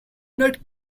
not